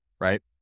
Right